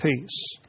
peace